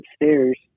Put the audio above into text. upstairs